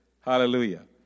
Hallelujah